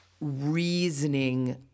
reasoning